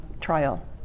trial